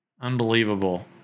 Unbelievable